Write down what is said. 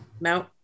no